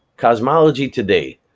cosmology today